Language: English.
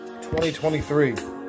2023